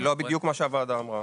זה לא בדיוק מה שהוועדה אמרה.